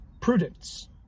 Prudence